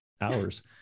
hours